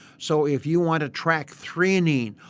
so, if you want to track threonine,